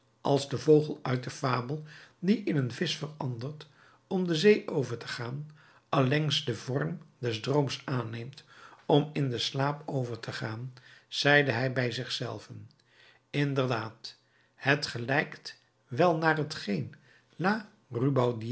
als de vogel uit de fabel die in een visch verandert om de zee over te gaan allengs den vorm des drooms aanneemt om in den slaap over te gaan zeide hij bij zich zelven inderdaad het gelijkt wel naar t geen la